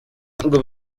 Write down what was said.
ngo